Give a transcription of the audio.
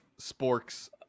sporks